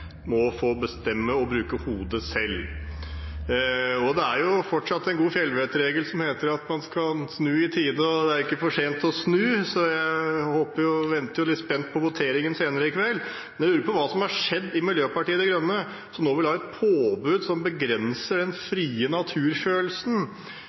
må få bestemme og bruke hodet selv. Det er jo fortsatt en god fjellvettregel som heter at man skal snu i tide, og at det ikke er for sent å snu, så jeg venter spent på voteringen senere i kveld. Men jeg lurer på hva som har skjedd i Miljøpartiet De Grønne, som nå vil ha et påbud som begrenser den frie